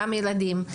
גם ילדים,